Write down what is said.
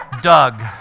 Doug